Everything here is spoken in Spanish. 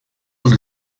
los